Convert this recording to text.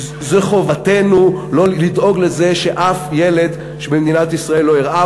זו חובתנו לדאוג לזה שאף ילד במדינת ישראל לא ירעב,